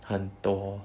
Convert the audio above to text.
很多